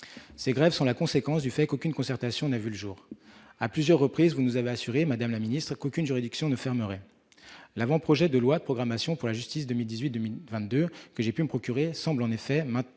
Ces grèves sont la conséquence du fait qu'aucune concertation n'ait vu le jour. À plusieurs reprises, madame la garde des sceaux, vous nous avez assuré qu'aucune juridiction ne fermerait. L'avant-projet de loi de programmation pour la justice 2018-2022, que j'ai pu me procurer, semble en effet maintenir